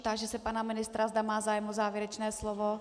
Táži se pana ministra, zda má zájem o závěrečné slovo.